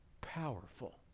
powerful